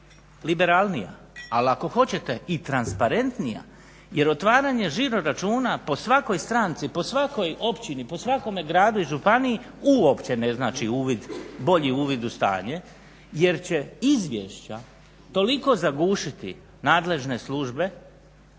liberalnija li ako hoćete i transparentnija jer otvaranje žiroračuna po svakoj stranci po svakoj općini po svakome gradu i županiji uopće ne znači uvid bolji uvid u stanje jer će izvješća toliko zaglušiti nadležne službe,